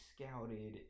scouted